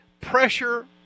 Pressure